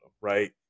right